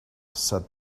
said